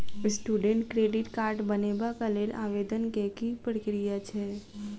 Student credit card बनेबाक लेल आवेदन केँ की प्रक्रिया छै?